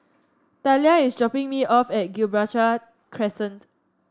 Talia is dropping me off at Gibraltar Crescent